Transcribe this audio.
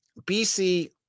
BC